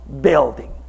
building